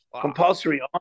compulsory